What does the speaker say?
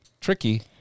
tricky